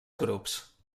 grups